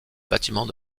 bâtiment